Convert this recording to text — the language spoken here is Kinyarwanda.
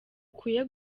ukwiye